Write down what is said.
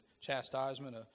chastisement